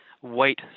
white